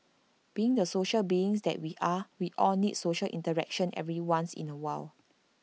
being the social beings that we are we all need social interaction every once in A while